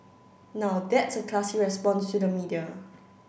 now that's a classy response to the media